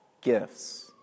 gifts